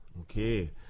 Okay